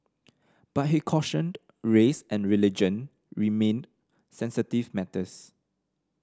but he cautioned race and religion remained sensitive matters